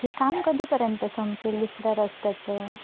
हे काम कधीपर्यंत संपेल दुसऱ्या रस्त्याचं